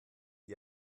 die